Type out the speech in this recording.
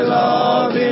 love